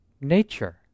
nature